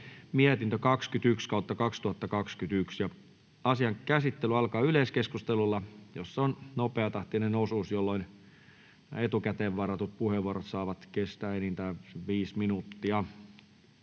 mietintö VaVM 21/2021 vp. Asian käsittely alkaa yleiskeskustelulla, jossa on nopeatahtinen osuus, jolloin etukäteen varatut puheenvuorot saavat kestää enintään 5 minuuttia.